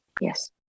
Yes